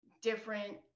different